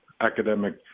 academic